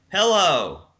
Hello